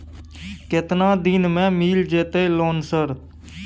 केतना दिन में मिल जयते लोन सर?